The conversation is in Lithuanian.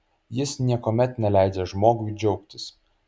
jis niekuomet neleidžia žmogui džiaugtis